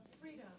Freedom